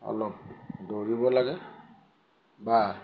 অলপ দৌৰিব লাগে বা